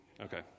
Okay